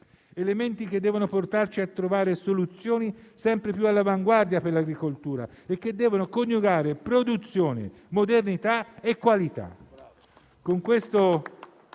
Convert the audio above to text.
elementi devono portarci a trovare soluzioni sempre più all'avanguardia per l'agricoltura e a coniugare produzione, modernità e qualità.